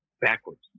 backwards